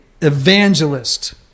evangelist